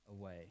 away